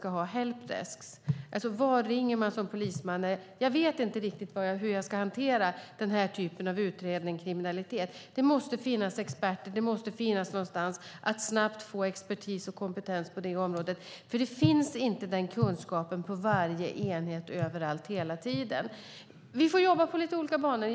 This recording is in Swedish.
En polisman ska kunna ringa dit och säga att han inte vet hur han ska hantera den typen av utredning av kriminalitet. Det måste finnas experter. Det måste finnas någonstans att snabbt få experthjälp och ytterligare kompetens på det området. Den kunskapen finns inte på varje enhet, överallt, hela tiden. Vi får jobba utefter lite olika banor.